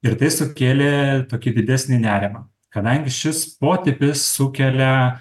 ir tai sukėlė tokį didesnį nerimą kadangi šis potipis sukelia